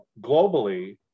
globally